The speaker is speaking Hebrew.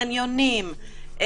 חניונים,